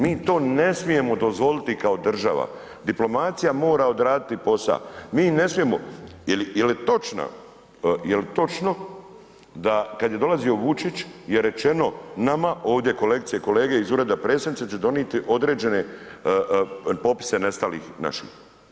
Mi to ne smijemo dozvoliti kao država, diplomacija mora odraditi posao, mi ne smijemo, je li točno da kad je dolazio Vučić jer rečeno nama ovdje kolegice i kolege, iz Ureda predsjednice da će donijeti određene popise nestalih naših?